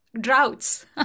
droughts